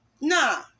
Nah